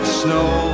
snow